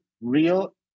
real